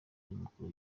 y’umukuru